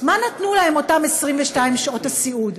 מה נתנו להם אותן 22 שעות הסיעוד?